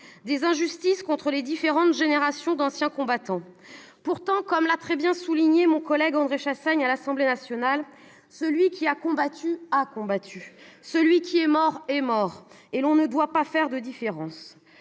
des injustices entre les différentes générations d'anciens combattants. Pourtant, comme l'a très bien souligné mon collègue André Chassaigne à l'Assemblée nationale, « celui qui a combattu a combattu, celui qui est mort est mort, et l'on ne doit pas faire de différence ».